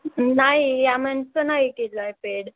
नाही या म्हनचं नाही केलं आहे पेड